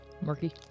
Murky